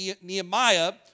Nehemiah